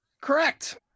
correct